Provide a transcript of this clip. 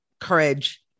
courage